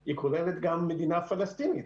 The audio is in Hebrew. היא כוללת גם מדינה פלסטינית.